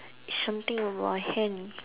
something on my hand